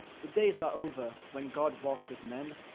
the days are over when god walked with men,